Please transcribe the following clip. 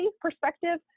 perspective